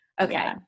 Okay